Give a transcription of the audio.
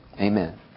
Amen